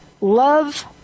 love